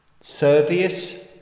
Servius